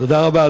תודה רבה.